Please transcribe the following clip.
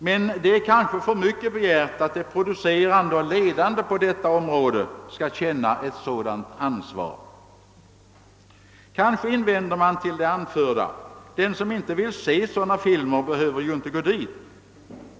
Men det är kanske för mycket begärt att de producerande och ledande på detta område skall känna ett sådant ansvar. Kanske invänder man mot det anförda, att den som inte vill se sådana filmer inte behöver gå och se dem.